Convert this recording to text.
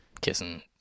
kissing